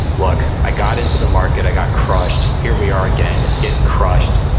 look, i got into the market. i got crushed here we are again. it's getting crushed.